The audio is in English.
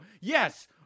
yes